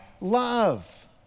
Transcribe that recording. love